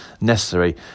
necessary